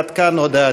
עד כאן הודעתי.